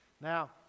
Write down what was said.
Now